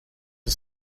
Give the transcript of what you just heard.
the